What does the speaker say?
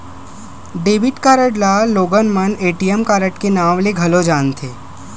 debit card ल लोगन मन ए.टी.एम कारड के नांव ले घलो जानथे